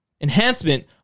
enhancement